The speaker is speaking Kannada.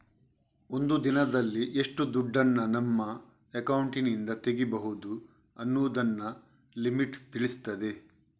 ಒಂದು ದಿನದಲ್ಲಿ ಎಷ್ಟು ದುಡ್ಡನ್ನ ನಮ್ಮ ಅಕೌಂಟಿನಿಂದ ತೆಗೀಬಹುದು ಅನ್ನುದನ್ನ ಲಿಮಿಟ್ ತಿಳಿಸ್ತದೆ